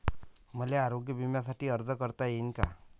मले आरोग्य बिम्यासाठी अर्ज करता येईन का?